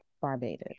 Barbados